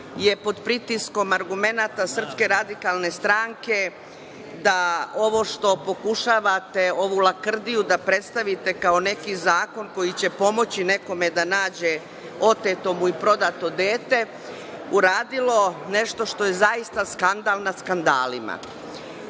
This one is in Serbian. je pod pritiskom argumenata SRS da ovo što pokušavate ovu lakrdiju da predstavite kao neki zakon koji će pomoći nekome da nađe oteto mu i prodato dete uradilo nešto što je zaista skandal nad skandalima. Juče